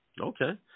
Okay